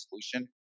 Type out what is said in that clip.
solution